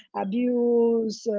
abuse,